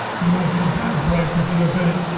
you up for band practice in a bit?